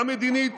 גם מדינית